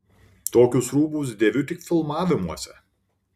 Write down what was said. tokius rūbus dėviu tik filmavimuose